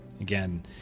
again